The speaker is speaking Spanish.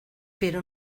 pero